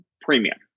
premium